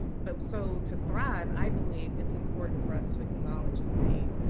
but so to thrive i believe it's important for us to acknowledge the pain.